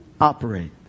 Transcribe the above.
operate